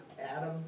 Adam